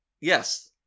Yes